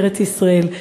בארץ-ישראל,